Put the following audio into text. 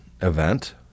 event